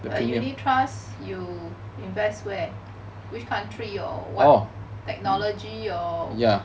the unit trust you invest where which country or what technology or